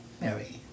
Mary